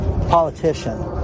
politician